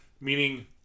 meaning